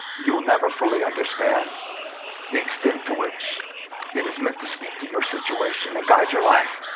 you will never fully understand the extent to which it is meant to speak to your situation and guide your life.